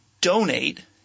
donate